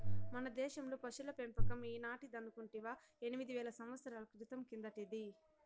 మన దేశంలో పశుల పెంపకం ఈనాటిదనుకుంటివా ఎనిమిది వేల సంవత్సరాల క్రితం కిందటిది